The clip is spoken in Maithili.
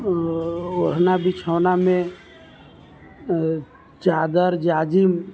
ओढ़ना बिछौनामे चादर जाजिम